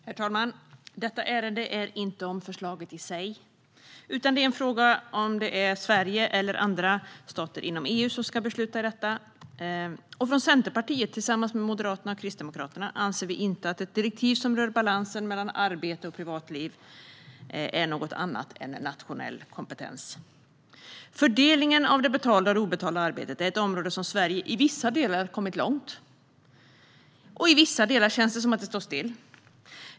Herr talman! Detta ärende handlar inte om förslaget i sig utan om frågan om det är Sverige eller andra stater inom EU som ska besluta om detta. Centerpartiet tillsammans med Moderaterna och Kristdemokraterna anser att ett direktiv som rör balansen mellan arbete och privatliv inte kräver något annat än nationell kompetens. Fördelningen av det betalda och det obetalda arbetet är ett område där Sverige i vissa delar kommit långt. I vissa delar känns det som om det står still.